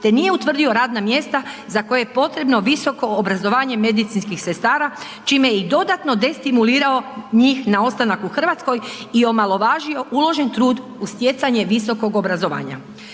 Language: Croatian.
te nije utvrdio radna mjesta za koje je potrebno visoko obrazovanje medicinskih sestara čime je i dodatno destimulirao njih na ostanak u Hrvatskoj i omalovažio uložen trud u stjecanje visokog obrazovanja.